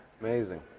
amazing